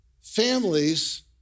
families